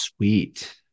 sweet